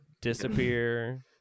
disappear